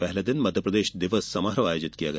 पहले दिन मध्यप्रदेश दिवस समारोह आयोजित किया गया